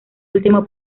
último